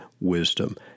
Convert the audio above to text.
wisdom